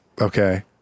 Okay